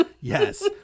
Yes